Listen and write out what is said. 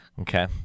Okay